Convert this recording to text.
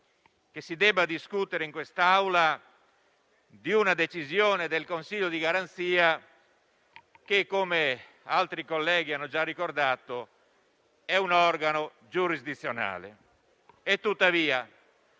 che si debba discutere in quest'Aula di una decisione del Consiglio di garanzia che, come altri colleghi hanno già ricordato, è un organo giurisdizionale. Tuttavia,